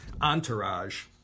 entourage